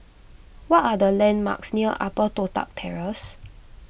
what are the landmarks near Upper Toh Tuck Terrace